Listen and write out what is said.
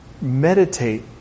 meditate